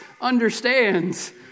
understands